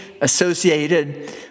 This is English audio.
associated